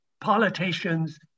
politicians